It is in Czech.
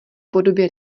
podobě